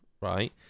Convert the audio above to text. right